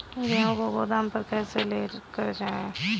गेहूँ को गोदाम पर कैसे लेकर जाएँ?